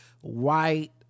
white